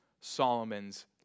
Solomon's